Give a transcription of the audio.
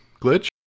Glitch